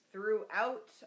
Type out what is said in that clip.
Throughout